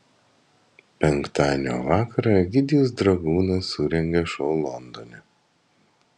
penktadienio vakarą egidijus dragūnas surengė šou londone